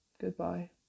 goodbye